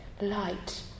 Light